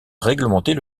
réglementer